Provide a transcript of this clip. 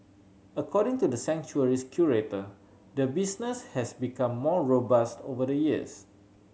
according to the sanctuary's curator the business has become more robust over the years